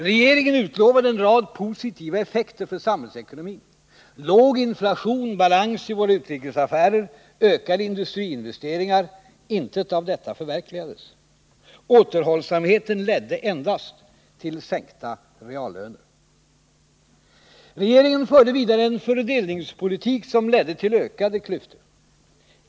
Regeringen utlovade en rad positiva effekter för samhällsekonomin: låg inflation, balans i våra utrikesaffärer, ökade industriinvesteringar. Intet av detta förverkligades. Återhållsamheten ledde endast till sänkta reallöner. Regeringen förde vidare en fördelningspolitik som ledde till ökade klyftor.